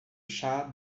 chá